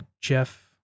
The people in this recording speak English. Jeff